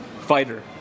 fighter